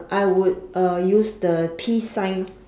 I would uh use the peace sign